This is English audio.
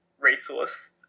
resource